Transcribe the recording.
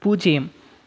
பூஜ்ஜியம்